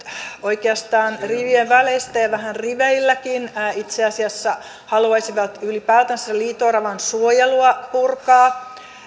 oikeastaan rivien väleissä ja vähän riveilläkin itse asiassa haluaisivat ylipäätänsä liito oravan suojelua purkaa